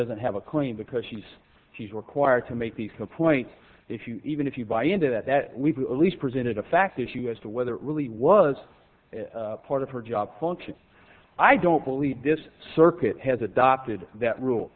doesn't have a claim because she's she's required to make the point if you even if you buy into that that we believe presented a fact issue as to whether it really was part of her job function i don't believe this circuit has adopted that rule